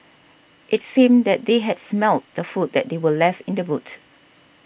its seemed that they had smelt the food that they were left in the boot